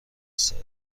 صدق